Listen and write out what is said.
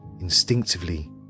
Instinctively